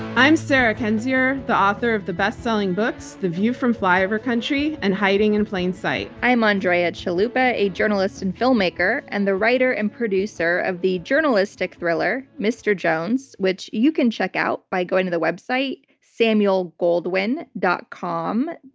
i'm sarah kendzior, the author of the bestselling books, the view from flyover country and hiding in plain sight. i'm andrea chalupa, a journalist and filmmaker and the writer and producer of the journalistic thriller, mr. jones, which you can check out by going to the website, samuelgoldwynfilms. com.